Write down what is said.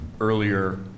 earlier